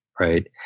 Right